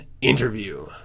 Interview